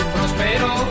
Prospero